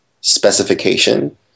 specification